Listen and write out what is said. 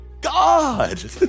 god